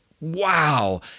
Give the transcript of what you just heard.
wow